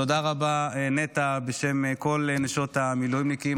תודה רבה, נטע, בשם כל נשות המילואימניקים.